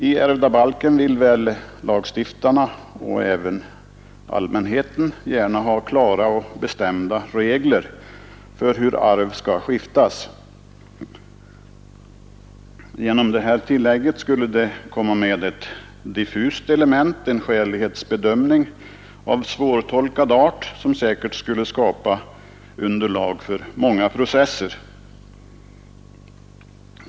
I ärvdabalken vill lagstiftarna och även allmänheten gärna ha klara och bestämda regler för hur arv skall skiftas. Genom detta tillägg skulle det komma med ett diffust element, en skälighetsbedömning av svårtolkad art, som säkert skulle skapa underlag för många processer.